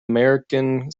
american